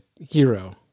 hero